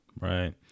Right